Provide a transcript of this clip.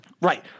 Right